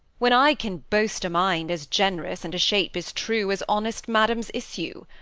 when i can boast a mind as gen'rous, and a shape as true as honest madam's issue?